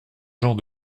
genre